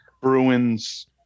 Bruins